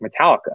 metallica